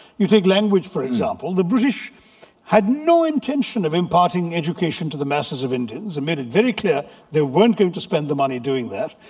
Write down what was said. you take language, for example. the british had no intention of imparting education to the masses of indians. and made it very clear they weren't going to spend the money doing that.